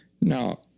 Now